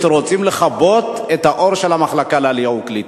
רוצים לכבות את האור של המחלקה לעלייה וקליטה.